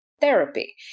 therapy